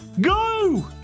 Go